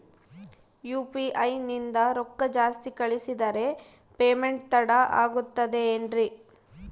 UPI ನಿಂದ ರೊಕ್ಕ ಜಾಸ್ತಿ ಕಳಿಸಿದರೆ ಪೇಮೆಂಟ್ ತಡ ಆಗುತ್ತದೆ ಎನ್ರಿ?